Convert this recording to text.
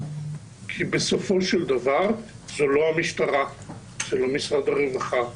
כי בסופו של דבר זו לא המשטרה, זה לא משרד הרווחה,